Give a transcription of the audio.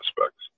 aspects